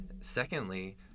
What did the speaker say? secondly